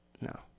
No